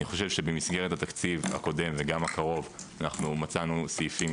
אני חושב שבמסגרת התקציב הקודם וגם הקרוב מצאנו סעיפים,